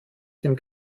dem